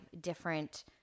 different